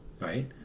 right